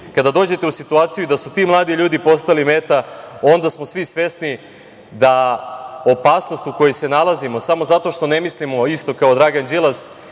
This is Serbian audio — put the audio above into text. kada dođete u situaciju da su ti mladi ljudi postali meta, onda smo svi svesni da opasnost u kojoj se nalazimo samo zato što ne mislimo kao Dragan Đilas